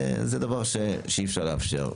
זה דבר שאי אפשר לאפשר.